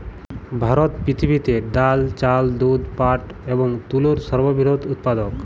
ভারত পৃথিবীতে ডাল, চাল, দুধ, পাট এবং তুলোর সর্ববৃহৎ উৎপাদক